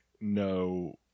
no